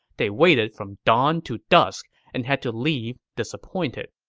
they waited from dawn to dusk and had to leave disappointed.